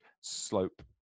slope